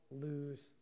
lose